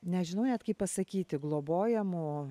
nežinau net kaip pasakyti globojamų